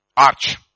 Arch